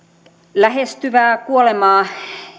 lähestyvää kuolemaa